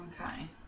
Okay